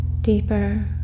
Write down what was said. deeper